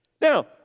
Now